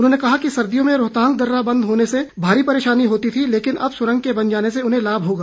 उन्होंने कहा कि सर्दियों में रोहतांग दर्रा बंद होने से भारी परेशानी होती थी लेकिन अब सुरंग के बन जाने से उन्हें लाभ होगा